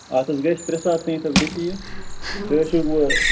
اَتھ حظ گژھِ ترٛےٚ ساس تانۍ حظ گژھِ یہِ تُہۍ حظ چھُ ہُو